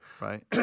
Right